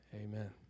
Amen